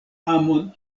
amon